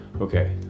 Okay